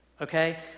okay